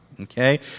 Okay